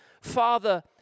Father